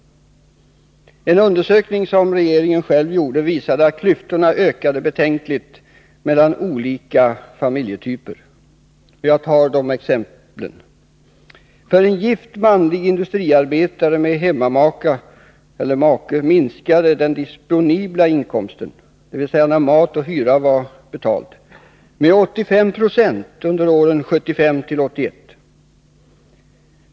En undersökning som regeringen gjorde visade att klyftorna mellan olika familjetyper ökade betänkligt. Jag vill ge exempel på detta. För en gift manlig industriarbetare med hemmamaka minskade den disponibla inkomsten, dvs. inkomsten sedan mat och hyra var betald, med 85 70 under åren 1975-1981.